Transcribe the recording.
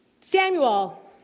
Samuel